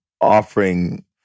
offering